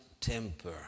temper